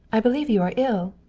i believe you are ill!